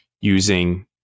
using